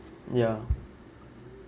ya